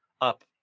up